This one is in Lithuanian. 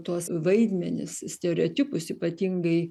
tuos vaidmenis stereotipus ypatingai